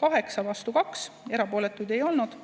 8, vastu 2, erapooletuid ei olnud;